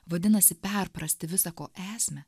vadinasi perprasti visa ko esmę